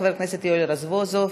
חבר הכנסת יואל רזבוזוב,